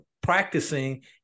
practicing